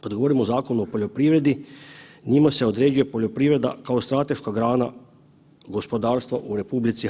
Kada govorimo o Zakonu o poljoprivredi njime se određuje poljoprivreda kao strateška grana gospodarstva u RH.